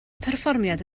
perfformiad